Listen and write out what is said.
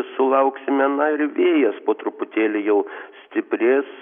sulauksime na ir vėjas po truputėlį jau stiprės